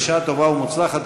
בשעה טובה ומוצלחת,